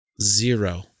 zero